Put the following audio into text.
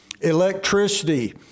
Electricity